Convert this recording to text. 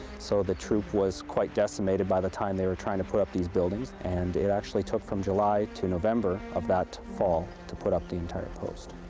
so the troop was quite decimated by the time they were trying to put up these buildings and it actually took from july to november of that fall to put up the entire post.